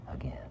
again